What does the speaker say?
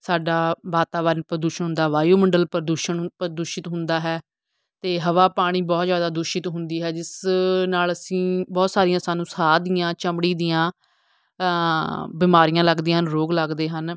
ਸਾਡਾ ਵਾਤਾਵਰਨ ਪ੍ਰਦੂਸ਼ਣ ਦਾ ਵਾਯੂਮੰਡਲ ਪ੍ਰਦੂਸ਼ਣ ਪ੍ਰਦੂਸ਼ਿਤ ਹੁੰਦਾ ਹੈ ਅਤੇ ਹਵਾ ਪਾਣੀ ਬਹੁਤ ਜ਼ਿਆਦਾ ਦੂਸ਼ਿਤ ਹੁੰਦੀ ਹੈ ਜਿਸ ਨਾਲ ਅਸੀਂ ਬਹੁਤ ਸਾਰੀਆਂ ਸਾਨੂੰ ਸਾਹ ਦੀਆਂ ਚਮੜੀ ਦੀਆਂ ਬਿਮਾਰੀਆਂ ਲਗਦੀਆਂ ਹਨ ਰੋਗ ਲਗਦੇ ਹਨ